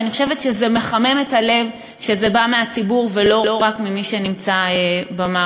ואני חושבת שזה מחמם את הלב כשזה בא מהציבור ולא רק ממי שנמצא במערכת.